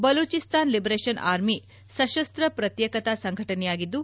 Balochistan liberation army ಸಶಸ್ತ ಪ್ರತ್ಯೇಕತಾ ಸಂಘಟನೆಯಾಗಿದ್ದು